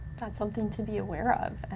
that's something to be aware of,